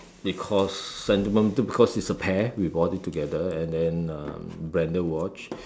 because sentiment because is a pair we bought it together and then um branded watch